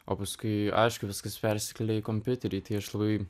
o paskui aišku viskas persikelia į kompiuterį aš labai